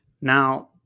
Now